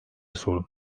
sorun